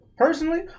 Personally